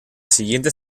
siguiente